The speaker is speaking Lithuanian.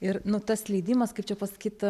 ir nu tas leidimas kaip čia pasakyt